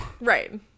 Right